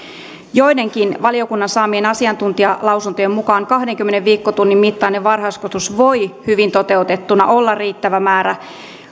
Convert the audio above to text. joidenkin valiokunnan saamien asiantuntijalausuntojen mukaan kahdenkymmenen viikkotunnin mittainen varhaiskasvatus voi hyvin toteutettuna olla riittävä määrä